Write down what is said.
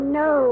no